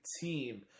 Team